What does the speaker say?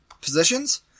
positions